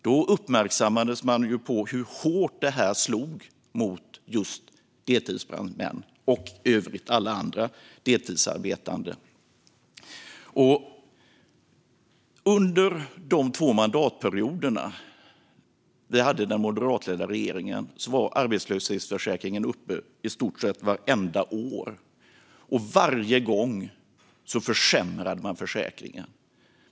Då uppmärksammades man på hur hårt detta slog mot just deltidsbrandmän och alla andra deltidsarbetande. Under de två mandatperioder då vi hade moderatledd regering var arbetslöshetsförsäkringen uppe i stort sett vartenda år. Varje gång försämrade man försäkringen.